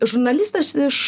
žurnalistas iš